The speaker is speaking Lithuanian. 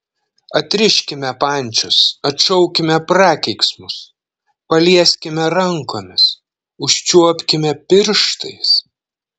atriškime pančius atšaukime prakeiksmus palieskime rankomis užčiuopkime pirštais